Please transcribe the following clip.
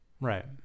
right